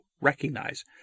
recognize